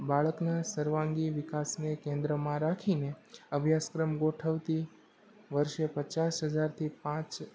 બાળકના સર્વાંગી વિકાસને કેન્દ્રમાં રાખીને અભ્યાસક્રમ ગોઠવતી વર્ષે પચાસ હજારથી પાંચ